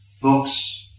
books